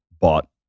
bought